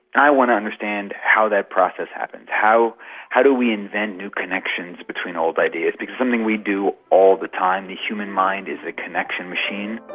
i want to understand how that process happens. how how do we invent new connections between old ideas, because it's something we do all the time. the human mind is a connection machine.